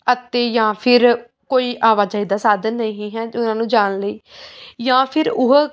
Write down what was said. ਅਤੇ ਜਾਂ ਫਿਰ ਕੋਈ ਆਵਾਜਾਈ ਦਾ ਸਾਧਨ ਨਹੀਂ ਹੈ ਅਤੇ ਉਹਨਾਂ ਨੂੰ ਜਾਣ ਲਈ ਜਾਂ ਫਿਰ ਉਹ